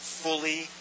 fully